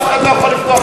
אף אחד לא יכול לפתוח